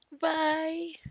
Bye